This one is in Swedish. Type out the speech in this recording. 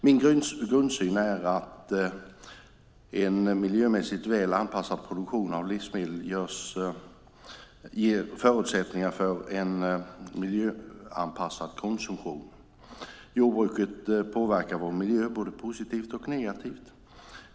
Min grundsyn är att en miljömässigt väl anpassad produktion av livsmedel ger förutsättningar för en miljöanpassad konsumtion. Jordbruket påverkar vår miljö både positivt och negativt.